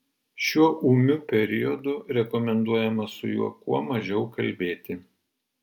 šiuo ūmiu periodu rekomenduojama su juo kuo mažiau kalbėti